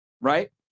right